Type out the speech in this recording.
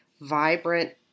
vibrant